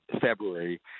February